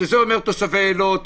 שזה אומר תושבי אילות,